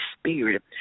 spirit